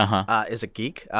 um ah is a geek,